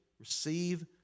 Receive